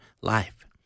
life